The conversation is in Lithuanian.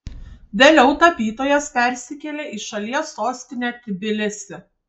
vėliau tapytojas persikėlė į šalies sostinę tbilisį